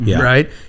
right